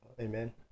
Amen